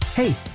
Hey